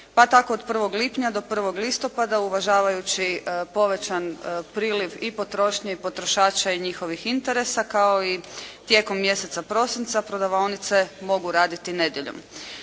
Pa tako od 1. lipnja do 1. listopada uvažavajući povećan priliv i potrošnje i potrošača i njihovih interesa kao i tijekom mjeseca prosinca prodavaonice mogu raditi nedjeljom.